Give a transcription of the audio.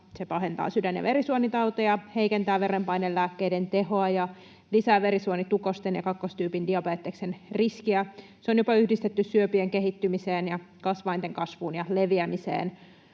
Se pahentaa sydän- ja verisuonitauteja, heikentää verenpainelääkkeiden tehoa ja lisää verisuonitukosten ja kakkostyypin diabeteksen riskiä. Se on jopa yhdistetty syöpien kehittymiseen ja kasvainten kasvuun ja leviämiseen.